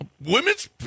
Women's